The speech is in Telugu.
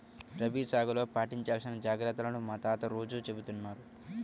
రబీ సాగులో పాటించాల్సిన జాగర్తలను మా తాత రోజూ చెబుతున్నారు